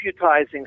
deputizing